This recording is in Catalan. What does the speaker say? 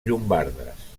llombardes